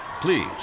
Please